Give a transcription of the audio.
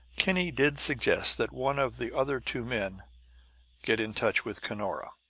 kinney did suggest that one of the other two men get in touch with cunora.